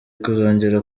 kuzongera